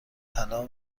طلاق